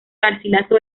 garcilaso